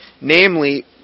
namely